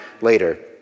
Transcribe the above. later